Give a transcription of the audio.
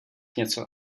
něco